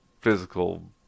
physical